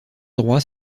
droit